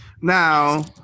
Now